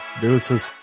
deuces